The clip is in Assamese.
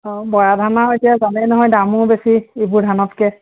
অঁ বৰা ধান আৰু এতিয়া জানেই নহয় দামো বেছি ইবোৰ ধানতকৈ